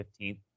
15th